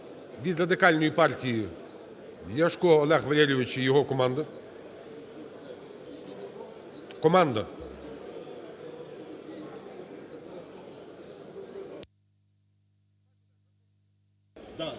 Від Радикальної партії Ляшко Олег Валерійович і його команда, команда.